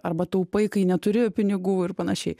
arba taupai kai neturi pinigų ir panašiai